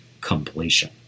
completion